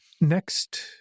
Next